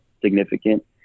significant